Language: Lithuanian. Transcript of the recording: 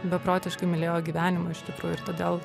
beprotiškai mylėjo gyvenimą iš tikrųjų ir todėl